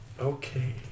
Okay